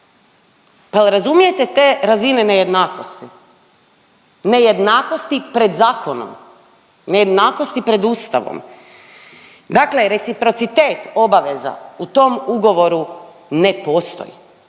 Pa jel razumijete te razine nejednakosti. Nejednakosti pred zakonom. Nejednakosti pred Ustavom. Dakle reciprocitet obaveza u tom ugovoru ne postoji.